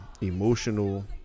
emotional